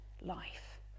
life